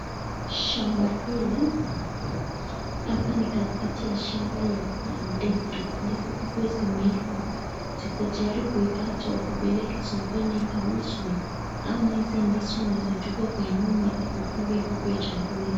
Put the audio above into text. Shamba hili, hapa ni katikati ya shamba ya ndizi. Ndizi zikiwa zimeiva ziko tayari kuikatwa ukapeleke sokoni ikauzwe ama hizi ndizi unaweza chukua kwa nyumba zikulwe zikue chakula